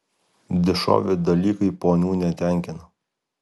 dišovi dalykai ponių netenkina